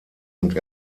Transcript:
und